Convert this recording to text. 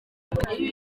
ibi